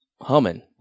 humming